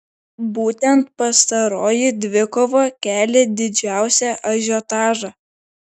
būtent pastaroji dvikova kelia didžiausią ažiotažą